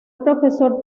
profesor